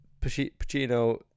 Pacino